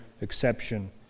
exception